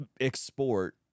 export